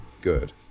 good